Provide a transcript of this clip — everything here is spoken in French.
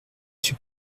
suis